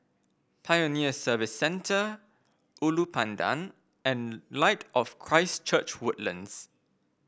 Pioneer Service Centre Ulu Pandan and Light of Christ Church Woodlands